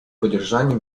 поддержании